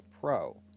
Pro